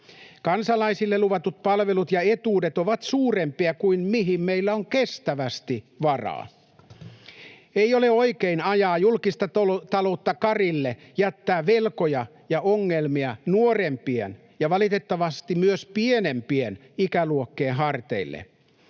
Kansalaisille luvatut palvelut ja etuudet ovat suurempia kuin mihin meillä on kestävästi varaa. Ei ole oikein ajaa julkista taloutta karille, jättää velkoja ja ongelmia nuorempien — ja valitettavasti myös pienempien — ikäluokkien harteille.